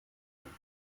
wollt